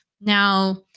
Now